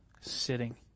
sitting